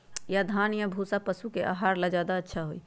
या धान के भूसा पशु के आहार ला अच्छा होई?